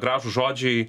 gražūs žodžiai